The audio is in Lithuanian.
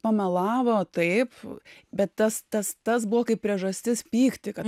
pamelavo taip bet tas tas tas buvo kaip priežastis pykti kad